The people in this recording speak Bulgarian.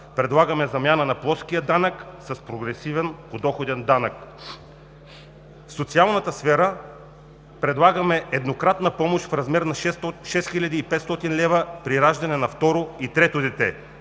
Предлагаме замяна на плоския данък с прогресивен подоходен данък. В социалната сфера предлагаме еднократна помощ в размер на 6500 хил. лв. при раждане на второ и трето дете.